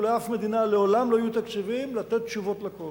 ולאף מדינה לעולם לא יהיו תקציבים לתת תשובות לכול.